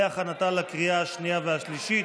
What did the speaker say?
להכנתה לקריאה השנייה והשלישית.